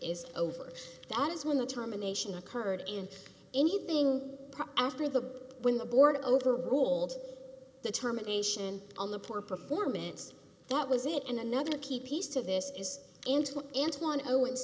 is over that is when the terminations occurred and anything after that when the board over ruled determination on the poor performance that was it and another key piece to this is o